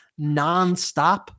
nonstop